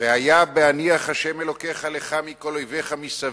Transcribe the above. "והיה בהניח ה' אלהיך לך מכל אויביך מסביב,